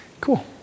Cool